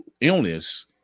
illness